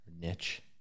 niche